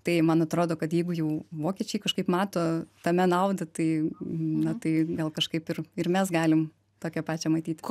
tai man atrodo kad jeigu jau vokiečiai kažkaip mato tame naudą tai na tai gal kažkaip ir ir mes galim tokią pačią matyti